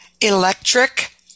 electric